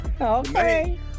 okay